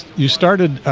you started